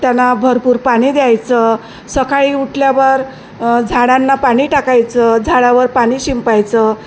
त्यांना भरपूर पाणी द्यायचं सकाळी उठल्यावर झाडांना पाणी टाकायचं झाडावर पाणी शिंपडायचं